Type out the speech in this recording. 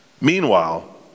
Meanwhile